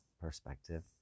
perspective